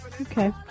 Okay